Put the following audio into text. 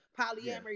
polyamory